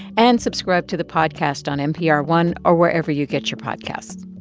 and subscribe to the podcast on npr one or wherever you get your podcasts.